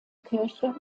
kirche